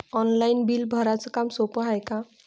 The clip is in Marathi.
ऑनलाईन बिल भराच काम सोपं हाय का?